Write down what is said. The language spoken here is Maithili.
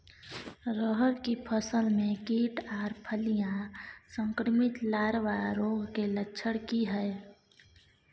रहर की फसल मे कीट आर फलियां संक्रमित लार्वा रोग के लक्षण की हय?